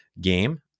game